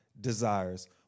desires